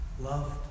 loved